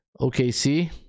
okc